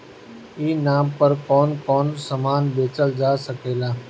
ई नाम पर कौन कौन समान बेचल जा सकेला?